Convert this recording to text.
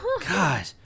God